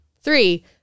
Three